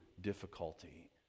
difficulty